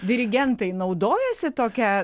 dirigentai naudojasi tokia